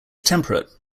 temperate